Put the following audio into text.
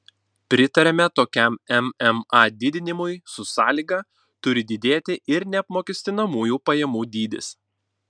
pritariame tokiam mma didinimui su sąlyga turi didėti ir neapmokestinamųjų pajamų dydis